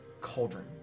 cauldron